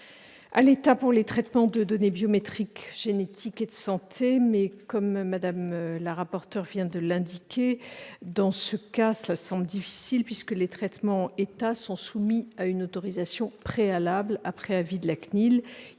à l'État pour les traitements de données biométriques, génétiques et de santé. Comme Mme la rapporteur vient de l'indiquer, cela me semble difficile puisque les traitements de l'État sont soumis à une autorisation préalable, après avis de la CNIL.